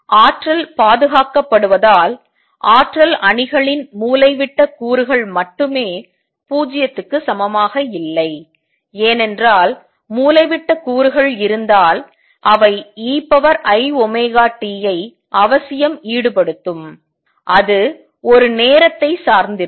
ஆற்றல் பாதுகாக்கப்படுவதால் ஆற்றல் அணிகளின் மூலைவிட்ட கூறுகள் மட்டுமே 0 க்கு சமமாக இல்லை ஏனென்றால் மூலைவிட்ட கூறுகள் இருந்தால் அவை eiωt ஐ அவசியம் ஈடுபடுத்தும் அது ஒரு நேரத்தை சார்ந்திருக்கும்